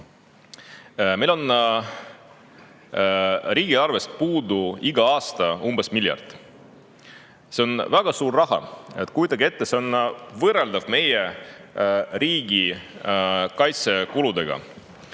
Meil on riigieelarvest puudu igal aastal umbes miljard eurot. See on väga suur raha. Kujutage ette, see on võrreldav meie riigikaitsekuludega.